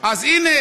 אז הנה,